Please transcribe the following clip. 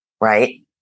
right